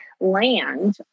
land